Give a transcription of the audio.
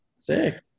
sick